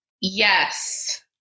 yes